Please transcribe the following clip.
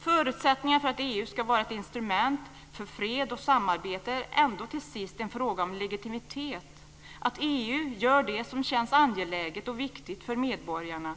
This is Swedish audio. Förutsättningen för att EU ska vara ett instrument för fred och samarbete är ändå till sist en fråga om legitimitet - att EU gör det som känns angeläget och viktigt för medborgarna.